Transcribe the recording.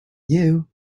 you